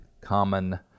common